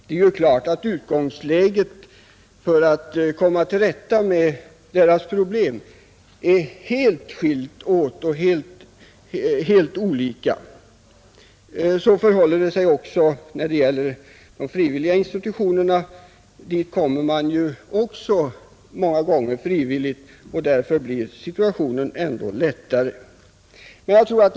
Det är klart att förutsättningarna för att komma till rätta med problemen är helt olika för dessa olika människor. Till den vård som ges av de frivilliga organisationerna kommer människorna vanligtvis frivilligt, och därför blir förutsättningarna för den vården bättre.